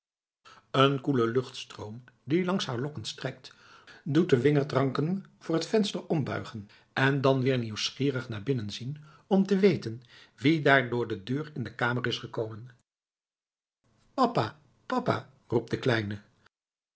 een koele luchtstroom die langs haar lokken strijkt doet de wingerdranken voor het venster ombuigen en dan weer nieuwsgierig naar binnen zien om te weten wie daar door de deur in de kamer is gekomen papa papa roept de kleine